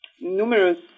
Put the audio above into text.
numerous